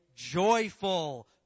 joyful